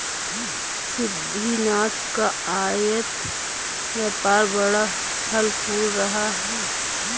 सिद्धिनाथ का आयत व्यापार बड़ा फल फूल रहा है